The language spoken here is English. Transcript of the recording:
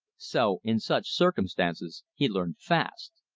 so in such circumstances he learned fast.